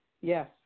yes